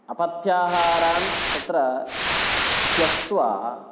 अपथ्याहारान् तत्र त्यक्त्वा